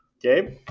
Gabe